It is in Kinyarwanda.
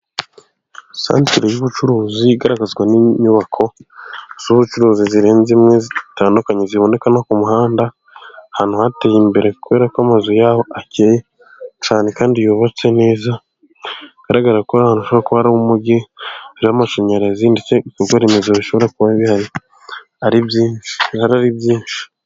Santere y'ubucuruzi igaragazwa n'inyubako z'ubucuruzi zirenze imwe zitandukanye ziboneka no ku muhanda, ahantu hateye imbere kuberako amazu y'aho akeye cyane kandi yubatse neza hagaragarako ari ahantu hashobora kuba ari umujyi, hariho amashanyarazi ndetse ibikorwa remezo bishobora kuba bihari ari byinshi ari byinshi.